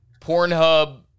Pornhub